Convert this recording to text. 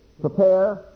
prepare